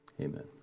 amen